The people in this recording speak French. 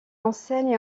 enseigne